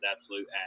absolute